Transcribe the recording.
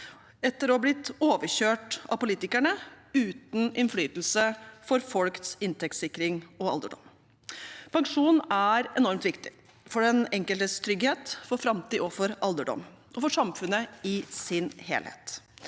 etter å ha blitt overkjørt av politikerne, uten innflytelse på folks inntektssikring og alderdom. Pensjon er enormt viktig for den enkeltes trygghet, for framtid, for alderdom og for samfunnet i sin helhet.